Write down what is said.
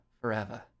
forever